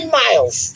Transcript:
miles